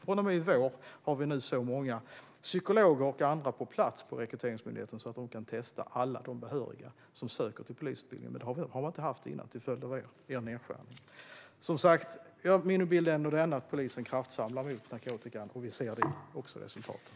Från och med i vår har vi så många psykologer och andra på plats på Rekryteringsmyndigheten att de kan testa alla de behöriga som söker till polisutbildningen. Det har vi inte haft innan, till följd av er nedskärning. Som sagt: Min bild är att polisen kraftsamlar mot narkotikan, och det ser vi också i resultaten.